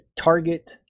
target